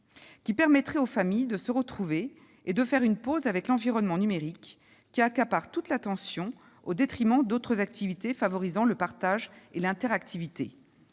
qui permettrait aux familles de se retrouver et de faire une pause avec l'environnement numérique qui accapare toute l'attention au détriment d'autres activités favorisant le partage et l'interactivité.